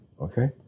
Okay